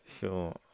sure